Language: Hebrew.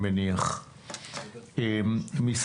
אורי צוק בר,